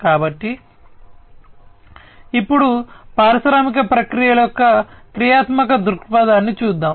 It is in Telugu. కాబట్టి ఇప్పుడు పారిశ్రామిక ప్రక్రియల యొక్క క్రియాత్మక దృక్పథాన్ని చూద్దాం